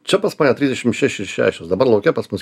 čia pas mane trisdešim šeši ir šešios dabar lauke pas mus